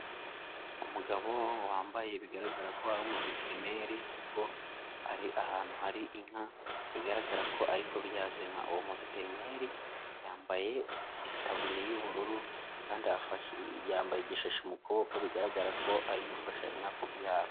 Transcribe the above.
Umugabo wambaye bigaragara ko ari umuveterine kuko ari ahantu hari inka bigaragara ko ari kubyaza inka, uwo muveterineri yambaye itaburiya y'ubururu kandi yambaye igishashi mu ku boko bigaragara ko ari gufasha inka kubyara.